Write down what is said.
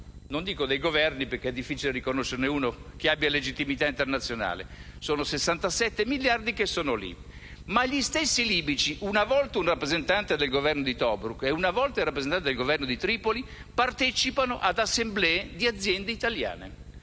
non dico dei Governi perché è difficile riconoscerne uno che abbia legittimità internazionale. Si tratta di 67 miliardi che sono lì, ma gli stessi libici - una volta il rappresentante del Governo di Tobruk e una volta il rappresentante del Governo di Tripoli - partecipano ad assemblee di aziende italiane.